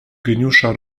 geniusza